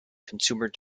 consumer